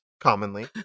commonly